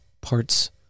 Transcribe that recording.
parts